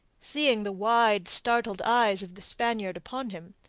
seeing the wide, startled eyes of the spaniard upon him,